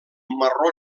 marró